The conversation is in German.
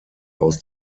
aus